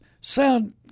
sound